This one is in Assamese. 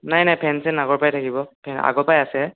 নাই নাই ফেন চেন আগৰ পৰাই থাকিব ফেন আগৰ পৰাই আছে